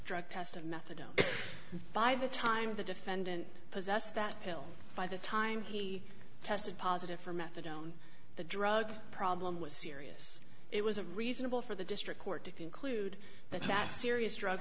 drug test of methadone by the time the defendant possessed that pill by the time he tested positive for methadone the drug problem was serious it was a reasonable for the district court to conclude that the past serious drug